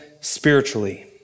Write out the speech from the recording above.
spiritually